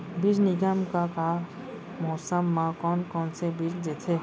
बीज निगम का का मौसम मा, कौन कौन से बीज देथे?